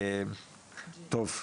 טוב,